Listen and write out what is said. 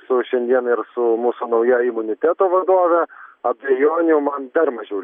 su šiandien ir su mūsų nauja imuniteto vadove abejonių man dar mažiau